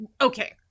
okay